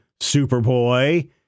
Superboy